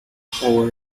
over